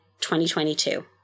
2022